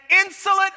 insolent